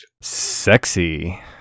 Sexy